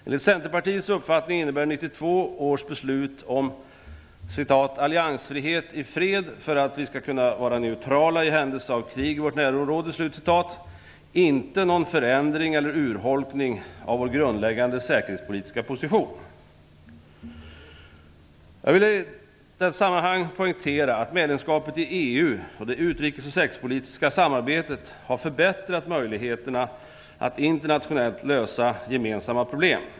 Enligt Centerpartiets uppfattning innebär 1992 års beslut om "alliansfrihet i fred för att vi skall kunna vara neutrala i händelse av krig i vårt närområde" inte någon förändring eller urholkning av vår grundläggande säkerhetspolitiska position. Jag vill i detta sammanhang poängtera att medlemskapet i EU och det utrikes och säkerhetspolitiska samarbetet har förbättrat möjligheterna att internationellt lösa gemensamma problem.